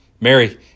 Mary